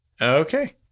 Okay